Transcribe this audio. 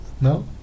No